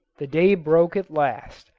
the day broke at last,